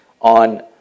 on